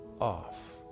off